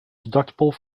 deductible